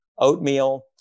Oatmeal